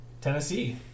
Tennessee